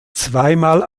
zweimal